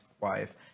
wife